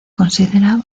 considera